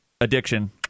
addiction